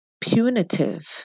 punitive